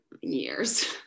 years